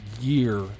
year